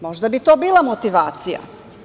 Možda bi to bila motivacija.